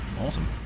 awesome